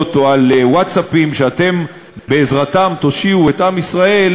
או על ווטסאפים שאתם בעזרתם תושיעו את עם ישראל,